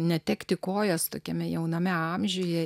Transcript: netekti kojos tokiame jauname amžiuje